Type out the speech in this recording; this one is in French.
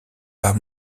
pas